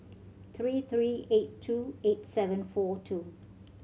three three eight two eight seven four two